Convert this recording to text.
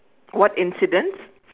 what incident